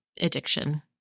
Addiction